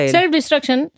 Self-destruction